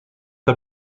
der